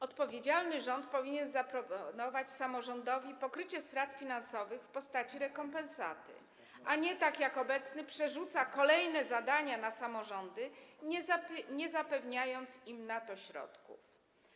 Odpowiedzialny rząd powinien zaproponować samorządowi pokrycie strat finansowych w postaci rekompensaty, a nie, tak jak obecny, przerzucać kolejne zadania na samorządy, nie zapewniając im na to środków.